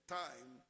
time